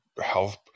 health